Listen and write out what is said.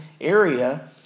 area